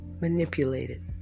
manipulated